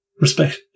Respect